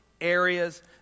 areas